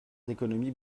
d’économies